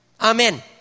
Amen